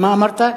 מה אמרת?